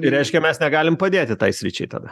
tai reiškia mes negalim padėti tai sričiai tada